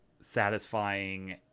satisfying